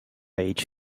age